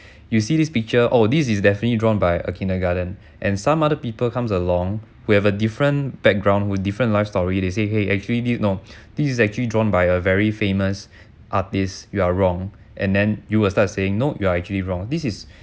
you see this picture oh this is definitely drawn by a kindergarden and some other people comes along who have a different background with different life story they say !hey! actually this no this is actually drawn by a very famous artist you are wrong and then you will start saying no you are actually wrong this is